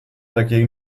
dagegen